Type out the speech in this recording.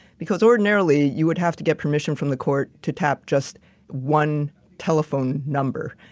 because ordinarily, you would have to get permission from the court to tap just one telephone number.